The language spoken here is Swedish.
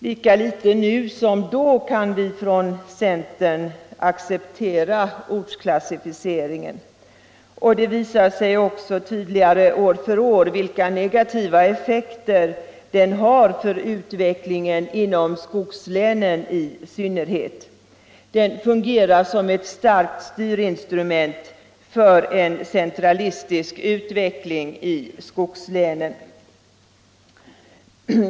Lika litet nu som då kan vi från centern acceptera ortsklassificeringen. Det visar sig också tydligare år för år vilka negativa effekter den har för utvecklingen i synnerhet inom skogslänen. Den fungerar som ett starkt styrinstrument för en centralistisk utveckling i skogslänen.